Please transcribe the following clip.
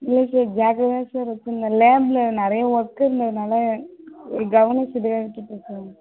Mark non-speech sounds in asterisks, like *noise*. இல்லை சார் ஜாக்கிரதையாகதான் வச்சியிருந்தேன் லேப்பில் நிறைய ஒர்க் இருந்ததுனால ஒரு கவன *unintelligible*